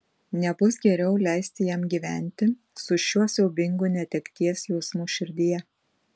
nebus geriau leisti jam gyventi su šiuo siaubingu netekties jausmu širdyje